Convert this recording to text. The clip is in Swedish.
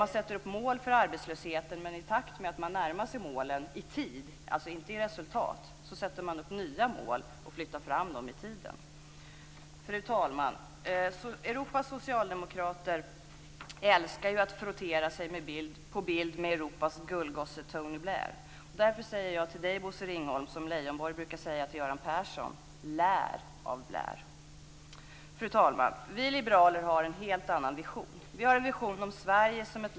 Man sätter upp mål för arbetslösheten, men i takt med att man närmar sig målen i tid - alltså inte i resultat - sätter man upp nya mål och flyttar fram dem i tiden. Fru talman! Europas socialdemokrater älskar ju att frottera sig på bild med Europas gullgosse Tony Blair. Därför säger jag till dig, Bosse Ringholm, som Leijonborg brukar säga till Göran Persson: Lär av Blair! Fru talman!